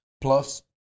plus